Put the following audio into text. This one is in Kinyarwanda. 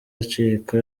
acika